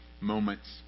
moments